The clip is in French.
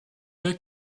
lieux